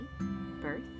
birth